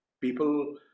people